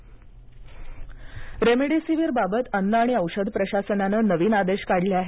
helpline remdesivir बाबत अन्न आणि औषध प्रशासनानं नवीन आदेश काढले आहेत